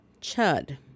Chud